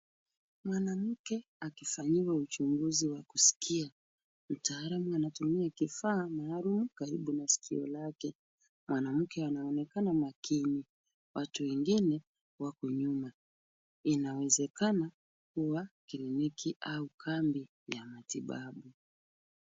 Mwanamke akifanyiwa uchunguzi wa kusikia. Mtaalamu anatumia kifaa maalum karibu na sikio lake. Mwanamke anaonekana makini. Watu wengine wako nyuma. Inawezekana kuwa kliniki au kambi ya matibabu.